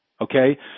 Okay